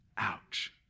Ouch